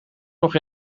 nog